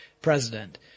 president